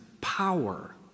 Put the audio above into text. power